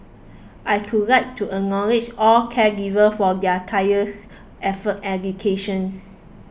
I could like to acknowledge all caregivers for their tireless efforts and dedication